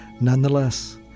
Nonetheless